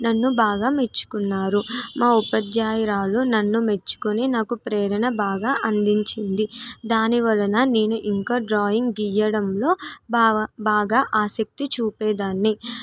నన్ను బాగా మెచ్చుకున్నారు మా ఉపాధ్యాయురాలు నన్ను మెచ్చుకుని నాకు ప్రేరణ బాగా అందించింది దాని వలన నేను ఇంకా డ్రాయింగ్ గీయడంలో బా బాగా ఆసక్తి చూపేదాన్ని